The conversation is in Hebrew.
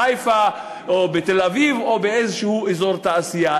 בחיפה או בתל-אביב או באיזה אזור תעשייה.